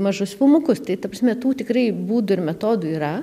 mažus filmukus tai ta prasme tų tikrai būdų ir metodų yra